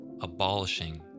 abolishing